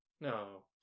No